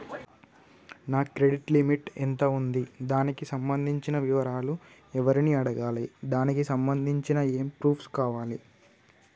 నా credit limit ఎంత ఉంది? దానికి సంబంధించిన వివరాలు ఎవరిని అడగాలి? దానికి సంబంధించిన ఏమేం ప్రూఫ్స్ కావాలి?